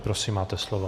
Prosím, máte slovo.